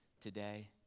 today